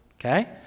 Okay